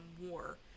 War